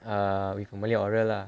err with malay oral lah